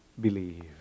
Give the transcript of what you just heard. believe